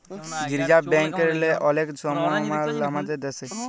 reserve ব্যাংকেরলে অলেক সমমাল আমাদের দ্যাশে